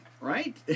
right